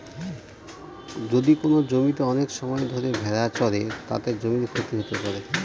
যদি কোনো জমিতে অনেক সময় ধরে ভেড়া চড়ে, তাতে জমির ক্ষতি হতে পারে